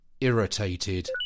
Irritated